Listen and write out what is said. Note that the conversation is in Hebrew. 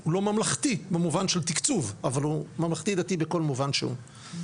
הוא לא ממלכתי במובן של תקצוב אבל הוא ממלכתי דתי בכל מובן שהוא,